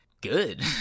good